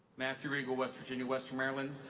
matthew riegel, west virginia-western maryland.